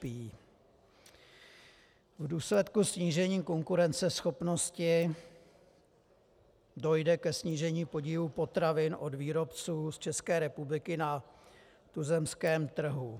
V důsledku snížení konkurenceschopnosti dojde ke snížení podílu potravin od výrobců z České republiky na tuzemském trhu.